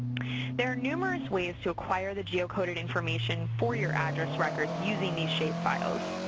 there are numerous ways to acquire the geocoded information for your address records using these shapefiles.